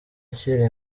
nshyira